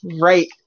right